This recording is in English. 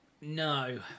No